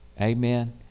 Amen